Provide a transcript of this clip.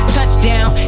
Touchdown